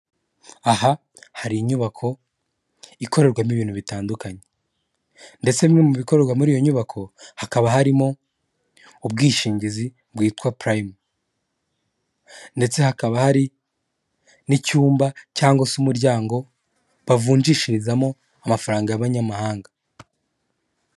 Aha, hari inyubako ikorerwamo ibintu bitandukanye ndetse bimwe mu bikorerwa muri iyo nyubako, hakaba harimo ubwishingizi bwitwa Purayime. Ndetse hakaba hari n'icyumba cyangwa se umuryango, bavunjishirizamo amafaranga y'abanyamahanga.